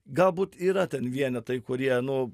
galbūt yra ten vienetai kurie nu